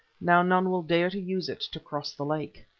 now none will dare to use it to cross the lake.